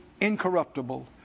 incorruptible